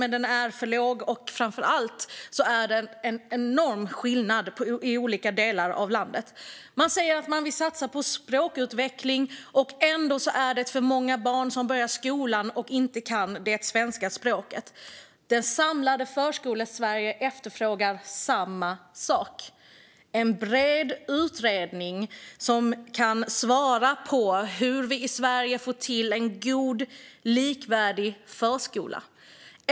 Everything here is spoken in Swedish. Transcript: Men den är för låg, och framför allt är det en enorm skillnad mellan olika delar av landet. Man säger att man vill satsa på språkutveckling. Ändå är det för många barn som börjar skolan och inte kan det svenska språket. Det samlade Förskolesverige efterfrågar samma sak: en bred utredning som kan svara på hur vi i Sverige ska få en god och likvärdig förskola.